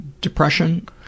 Depression